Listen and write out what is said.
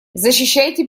защищайте